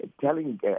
telling